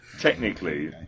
Technically